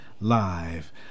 live